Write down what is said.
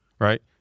Right